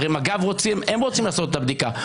הרי מג"ב רוצים לעשות את הבדיקה,